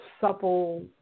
supple